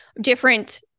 different